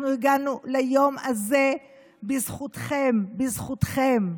אנחנו הגענו ליום הזה בזכותכם, בזכותכם,